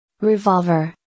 Revolver